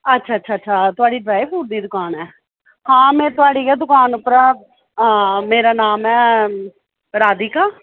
अच्छा अच्छा अच्छा अच्छा थुआढ़ी ड्राई फ्रूट दी दकान ऐ हां मै थुआढ़ी गै दकान उप्परा हां मेरा नाम ऐ राधिका